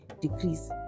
decrease